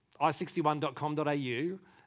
i61.com.au